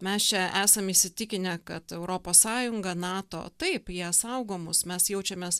mes čia esam įsitikinę kad europos sąjunga nato taip jie saugo mus mes jaučiamės